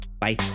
bye